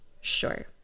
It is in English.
Sure